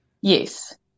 Yes